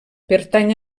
pertany